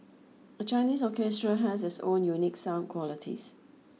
a Chinese orchestra has its own unique sound qualities